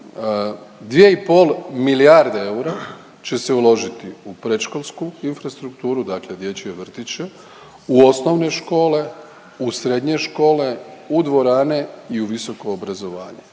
2,5 milijarde eura će se uložiti u predškolsku infrastrukturu, dakle dječje vrtiće, u osnovne škole, u srednje škole, u dvorane i u visoko obrazovanje.